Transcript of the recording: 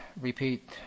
repeat